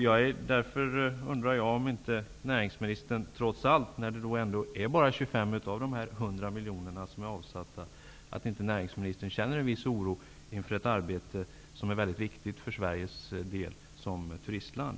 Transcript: Jag undrar därför om inte näringsministern trots allt, med tanke på att bara 25 av de 100 miljonerna är använda, känner en viss oro för detta arbete, som är mycket viktigt för Sverige som turistland.